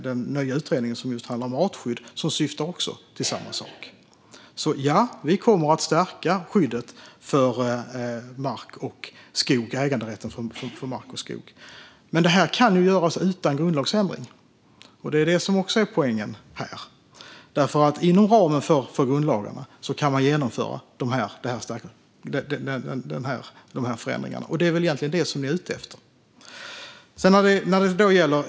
Den nya utredningen som just handlar om artskydd syftar också till samma sak. Vi kommer alltså att stärka skyddet för äganderätten när det gäller mark och skog. Men detta kan göras utan grundlagsändring. Det är också poängen här. Inom ramen för grundlagarna kan man nämligen genomföra dessa förändringar. Det är egentligen det som vi är ute efter.